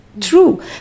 true